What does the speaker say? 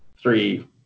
three